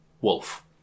wolf